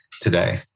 today